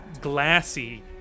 glassy